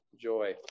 Joy